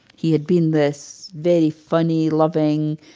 he had been this very funny, loving,